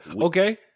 okay